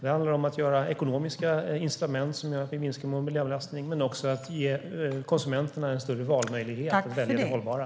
Det handlar om att göra ekonomiska incitament som gör att vi minskar vår miljöbelastning men också att ge konsumenterna en större valmöjlighet att välja det hållbara.